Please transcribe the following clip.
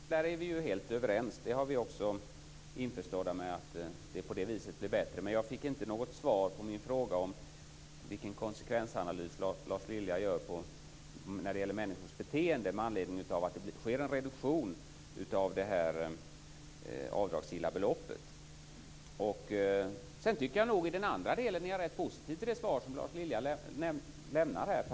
Fru talman! När det gäller förenklingen på grund av den slopade tvåårsregeln är vi helt överens. Vi är införstådda med att det blir bättre på det viset. Men jag fick inte något svar på min fråga om vilken konsekvensanalys Lars Lilja gör när det gäller människors beteende med anledning av att det sker en reduktion av det avdragsgilla beloppet. I den andra delen är jag rätt positiv till det svar som Lars Lilja lämnar.